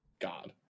God